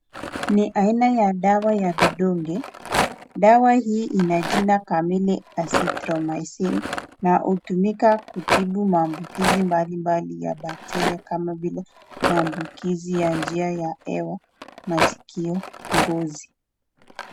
Ni aina ya dawa ya vidonge. Dawa hii ina jina kamili Azithromycin na hutumika kutibu maambukizi mbalimbali ya bakteria kama vile maambukizi ya njia ya hewa, masikio, ngozi.